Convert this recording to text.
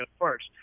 first